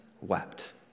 wept